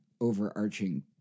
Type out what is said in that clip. overarching